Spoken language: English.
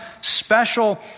special